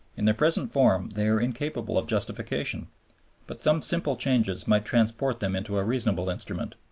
in their present form they are incapable of justification but some simple changes might transform them into a reasonable instrument.